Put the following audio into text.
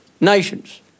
nations